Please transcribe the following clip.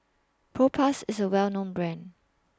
Propass IS A Well known Brand